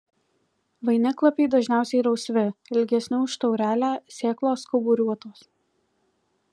vainiklapiai dažniausiai rausvi ilgesni už taurelę sėklos kauburiuotos